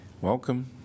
welcome